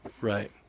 Right